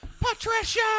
Patricia